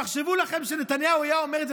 תחשבו לכם שנתניהו היה אומר את זה,